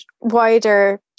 wider